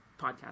podcast